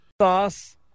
Sauce